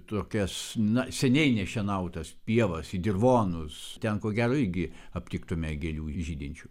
tokias na seniai nešienautas pievas į dirvonus ten ko gero irgi aptiktume gėlių žydinčių